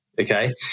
Okay